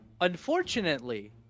unfortunately